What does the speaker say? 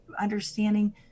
understanding